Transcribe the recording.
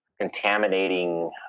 contaminating